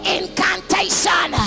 incantation